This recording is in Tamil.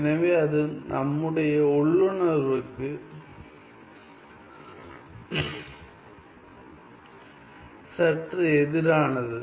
எனவே அது நம்முடைய உள்ளுணர்வுக்கு சற்று எதிரானது